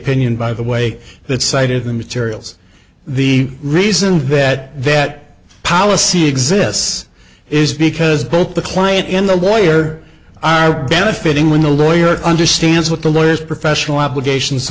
opinion by the way that cited the materials the reason vet vet policy exists is because both the client in the lawyer are benefiting when the lawyer understands what the lawyers professional obligations